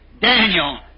Daniel